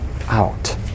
out